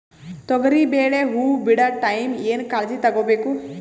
ತೊಗರಿಬೇಳೆ ಹೊವ ಬಿಡ ಟೈಮ್ ಏನ ಕಾಳಜಿ ತಗೋಬೇಕು?